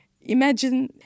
Imagine